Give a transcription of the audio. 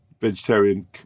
vegetarian